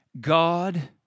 God